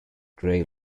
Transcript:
gray